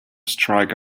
strike